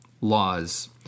laws